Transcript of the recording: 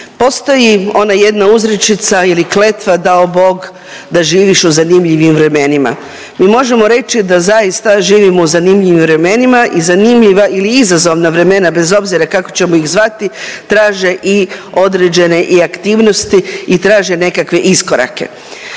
Postoji ona jedna uzrečica ili kletva „Dao Bog da živiš u zanimljivim vremenima“. Mi možemo reći da zaista živimo u zanimljivim vremenima i zanimljiva ili izazovna vremena bez obzira kako ćemo ih zvati traže i određene i aktivnosti i traže nekakve iskorake.